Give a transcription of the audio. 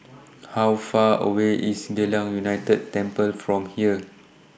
How Far away IS Geylang United Temple from here